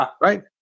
Right